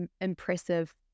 impressive